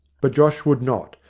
but josh would not,